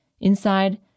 Inside